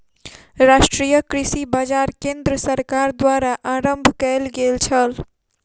राष्ट्रीय कृषि बाजार केंद्र सरकार द्वारा आरम्भ कयल गेल छल